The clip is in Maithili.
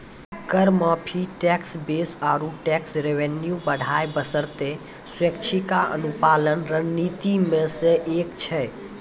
कर माफी, टैक्स बेस आरो टैक्स रेवेन्यू बढ़ाय बासतें स्वैछिका अनुपालन रणनीति मे सं एक छै